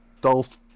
Dolph